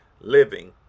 living